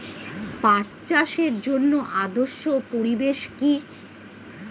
পাট চাষের জন্য আদর্শ পরিবেশ কি?